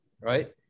right